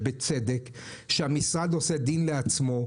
המשרד עושה דין לעצמו,